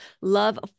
love